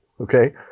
Okay